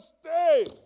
stay